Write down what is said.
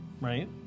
right